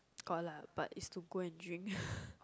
got lah but these is to go and drink